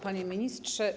Panie Ministrze!